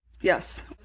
Yes